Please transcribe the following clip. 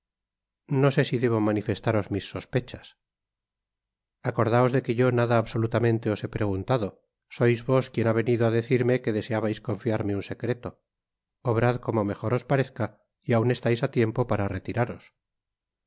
no sé si debo manifestaros mis sospechas acordaos de que yo nada absolutamente os he preguntado sois vos quien ha venido á decirme que deseabais confiarme un secreto obrad como mejor os parezca y aun estais á tiempo para retiraros